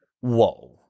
Whoa